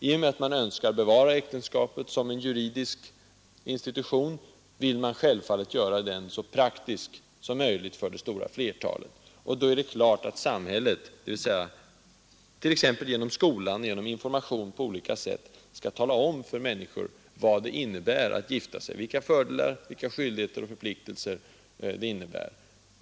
I och med att man önskar bevara äktenskapet som en juridisk institution vill man självfallet göra denna så praktisk som möjligt för det stora flertalet. Därför bör samhället, t.ex. genom skolan och genom information på olika sätt, tala om för människor vad det innebär att gifta sig — vilka fördelar och vilka skyldigheter och förpliktelser det medför.